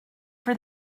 for